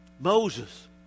Moses